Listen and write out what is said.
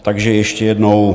Takže ještě jednou.